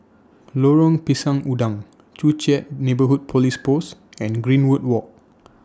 Lorong Pisang Udang Joo Chiat Neighbourhood Police Post and Greenwood Walk